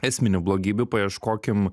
esminių blogybių paieškokim